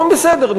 הם אומרים: בסדר,